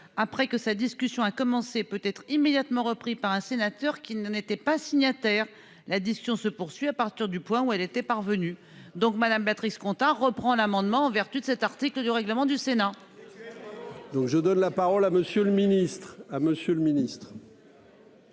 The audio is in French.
après que sa discussion à commencer peut être immédiatement repris par un sénateur qui ne n'était pas signataire. La discussion se poursuit à partir du point où elle était parvenue donc madame Béatrice compta reprend l'amendement en vertu de cet article du règlement du Sénat. Actuellement. Donc je donne la parole à Monsieur le Ministre.